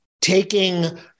taking